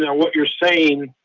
yeah what you're saying,